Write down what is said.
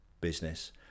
business